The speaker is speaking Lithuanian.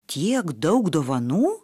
tiek daug dovanų